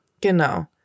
Genau